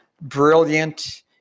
brilliant